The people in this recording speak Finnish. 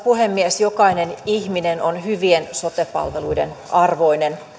puhemies jokainen ihminen on hyvien sote palveluiden arvoinen